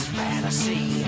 fantasy